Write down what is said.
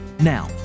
Now